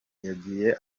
yagiye